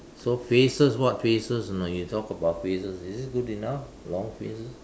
so phrases what phrases you know you talk about phrases is it good enough long phrases